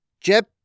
Jeb